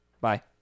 Bye